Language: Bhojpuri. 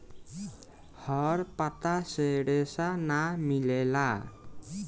हर पत्ता से रेशा ना मिलेला